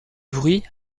bruit